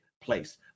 place